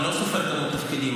אני לא סופר תפקידים,